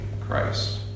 Christ